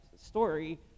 story